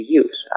use